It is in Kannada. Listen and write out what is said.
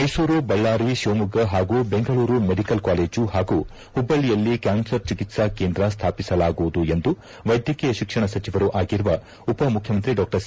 ಮೈಸೂರು ಬಳ್ಳಾರಿ ಶಿವಮೊಗ್ಗ ಹಾಗೂ ಬೆಂಗಳೂರು ಮೆಡಿಕಲ್ ಕಾಲೇಜು ಹಾಗೂ ಹುಬ್ಬಳ್ಳಿಯಲ್ಲಿ ಕ್ಯಾನ್ಸರ್ ಚಿಕಿತ್ಲಾ ಕೇಂದ್ರ ಸ್ತಾಪಿಸಲಾಗುವುದು ಎಂದು ವೈದ್ಯಕೀಯ ಶಿಕ್ಷಣ ಸಚಿವರೂ ಆಗಿರುವ ಉಪಮುಖ್ಯಮಂತ್ರಿ ಡಾ ಸಿ